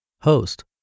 Host